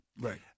Right